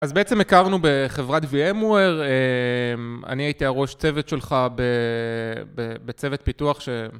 אז בעצם הכרנו בחברת VMWare, אני הייתי הראש צוות שלך בצוות פיתוח ש...